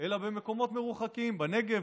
אלא במקומות מרוחקים: בנגב,